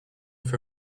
for